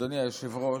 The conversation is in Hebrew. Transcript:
אדוני היושב-ראש,